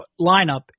lineup